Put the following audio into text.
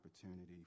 opportunity